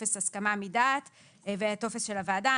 טופס הסכמה מדעת והטופס של הוועדה.